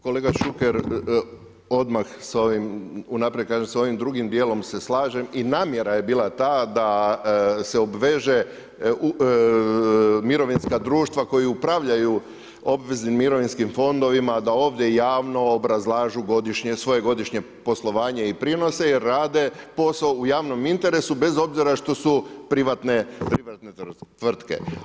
Kolega Šuker, odmah sa ovim, unaprijed kažem s ovim drugim dijelom se slažem i namjera je bila ta da se obveže mirovinska društva koja upravljaju obveznim mirovinskim fondovima da ovdje javno obrazlažu svoje godišnje poslovanje i prinose jer rade posao u javnom interesu bez obzira što su privatne tvrtke.